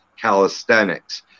Calisthenics